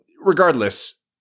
Regardless